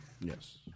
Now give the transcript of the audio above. Yes